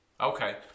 Okay